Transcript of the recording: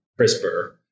CRISPR